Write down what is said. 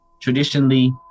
traditionally